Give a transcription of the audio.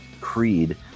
Creed